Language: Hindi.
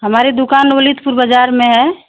हमारी दुकान वलीदपुर बज़ार में है